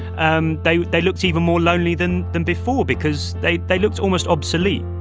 um they they looked even more lonely than than before because they they looked almost obsolete